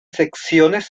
secciones